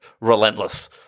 relentless